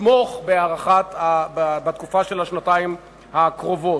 יתמוך בהארכה לתקופה של השנתיים הקרובות.